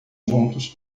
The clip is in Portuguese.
juntos